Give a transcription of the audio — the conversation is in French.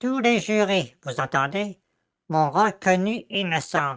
tous les jurés vous entendez m'ont reconnu innocent